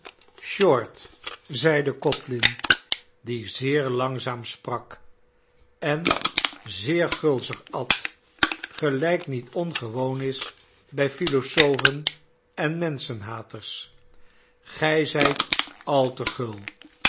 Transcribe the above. short zeide codlin die zeer langzaam sprak en zeer gulzig at gelijk niet ongewoon is bij philozofen en menschenhaters gij zijt al te gul